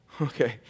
Okay